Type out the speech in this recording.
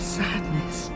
sadness